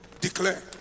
Declare